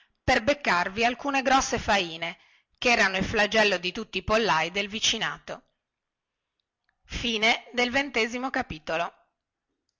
per beccarvi alcune grosse faine che erano il flagello di tutti i pollai del vicinato